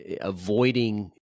avoiding